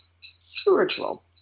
spiritual